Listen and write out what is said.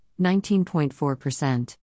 19.4%